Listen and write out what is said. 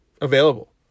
available